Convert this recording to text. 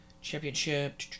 Championship